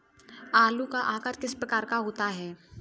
आलू का आकार किस प्रकार का होता है?